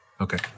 Okay